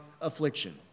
affliction